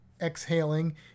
exhaling